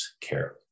care